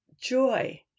joy